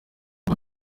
rwa